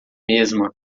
mesma